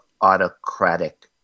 autocratic